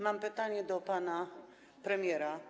Mam pytanie do pana premiera.